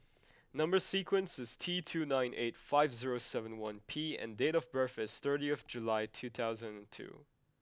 number sequence is T two nine eight five zero seven one P and date of birth is thirtieth July two thousand and two